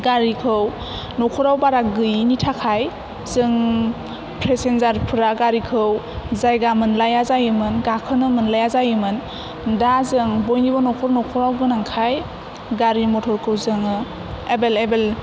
गारिखौ नखराव बारा गैयैनि थाखाय जों पेसेनजारफोरा गारिखौ जायगा मोनलाया जायोमोन गाखोनो मोनलाया जायोमोन दा जों बयनिबो नखर नखराव गोनांखाय गारि मटरखौ जोङो एभेलेबल